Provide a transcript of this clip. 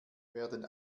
werden